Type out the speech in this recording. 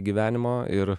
gyvenimo ir